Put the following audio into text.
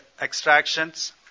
extractions